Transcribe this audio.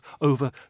over